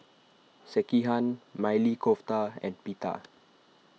Sekihan Maili Kofta and Pita